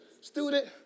student